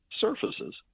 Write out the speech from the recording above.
surfaces